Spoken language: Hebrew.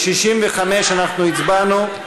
65 אנחנו הצבענו.